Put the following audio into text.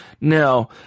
Now